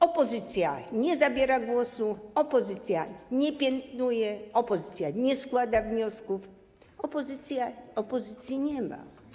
Opozycja nie zabiera głosu, opozycja nie piętnuje, opozycja nie składa wniosków, opozycji nie ma.